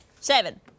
Seven